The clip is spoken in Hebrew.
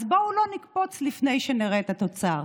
אז בואו לא נקפוץ לפני שנראה את התוצר.